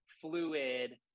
fluid